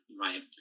right